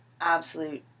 absolute